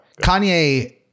Kanye